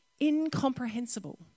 incomprehensible